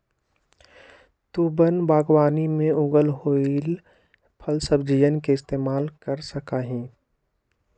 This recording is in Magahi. तु वन बागवानी में उगल होईल फलसब्जियन के इस्तेमाल कर सका हीं